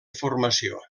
formació